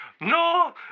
no